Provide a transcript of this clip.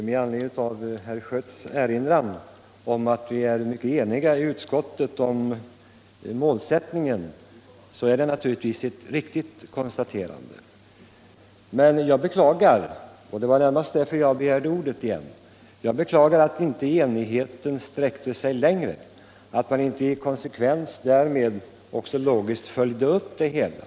Herr talman! Herr Schötts konstaterande att vi i utskottet varit mycket eniga om målsättningen är naturligtvis riktigt. Men jag beklagar -— och 175 det var närmast därför jag begärde ordet igen — att inte enigheten sträckte sig längre, att man inte logiskt följde upp det hela.